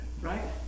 right